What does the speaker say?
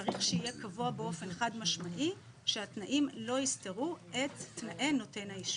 צריך שיהיה קבוע באופן חד משמעי שהתנאים לא יסתרו את תנאי נותן האישור.